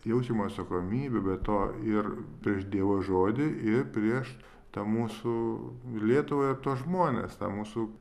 jaučiam atsakomybę be to ir prieš dievo žodį ir prieš tą mūsų lietuvą ir tuos žmones tą mūsų